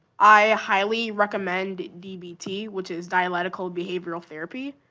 i highly recommend dbt, which is dialectical behavior therapy,